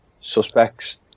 suspects